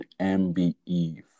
MBE